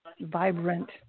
vibrant